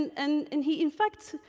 and and he, in fact,